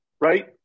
right